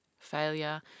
failure